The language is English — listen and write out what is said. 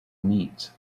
meets